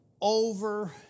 over